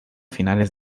finales